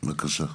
בבקשה.